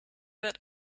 that